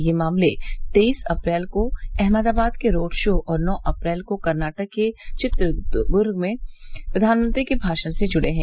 ये मामले तेईस अप्रैल को अहमदाबाद के रोड शो और नौ अप्रैल को कर्नाटक के चिट्रदुर्ग में प्रधानमंत्री के भाषण से जुड़े हैं